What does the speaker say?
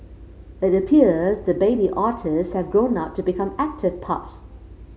it appears the baby otters have grown up to become active pups